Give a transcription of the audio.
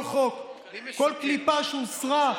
אין תוכנית כלכלית, עסקים קורסים.